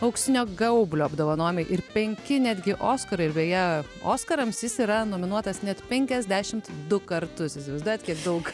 auksinio gaublio apdovanojimai ir penki netgi oskarai ir beje oskarams jis yra nominuotas net penkiasdešimt du kartus įsivaizduojat kiek daug